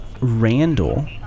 Randall